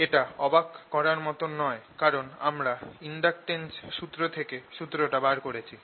এটা অবাক করার মতন নয় কারণ আমরা এক্টইন্ডাকটেন্স সুত্র থেকে এই সূত্রটা বার করেছি